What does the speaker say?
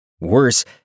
Worse